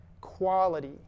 quality